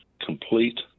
complete